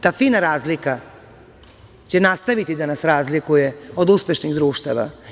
Ta fina razlika će nastaviti da nas razlikuje od uspešnih društava.